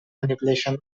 manipulation